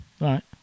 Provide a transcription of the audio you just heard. Right